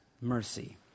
mercy